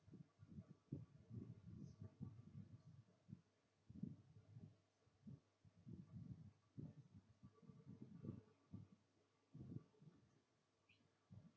um